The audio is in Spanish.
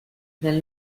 del